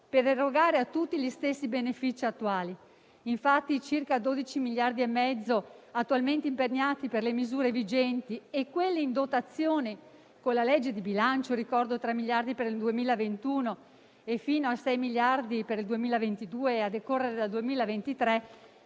per erogare a tutti gli stessi benefici attuali. Infatti, i circa 12,5 miliardi attualmente impegnati per le misure vigenti e quelli in dotazione con la legge di bilancio - lo ricordo: 3 miliardi per il 2021 e fino a 6 miliardi per il 2022 e a decorrere dal 2023